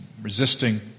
resisting